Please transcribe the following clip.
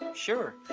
sure.